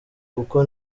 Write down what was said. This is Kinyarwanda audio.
kuko